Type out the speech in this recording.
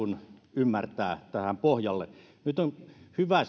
ymmärtää tähän pohjalle nyt on hyvä